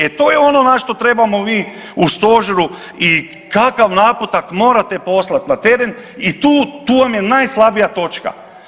E to je ono na što trebamo vi u stožeru i kakav naputak morate poslati na teren i tu, tu vam je najslabija točka.